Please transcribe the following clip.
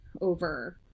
over